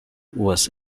was